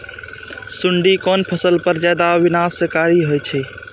सुंडी कोन फसल पर ज्यादा विनाशकारी होई छै?